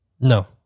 No